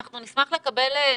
אנחנו נשמח לקבל נתונים.